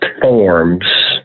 forms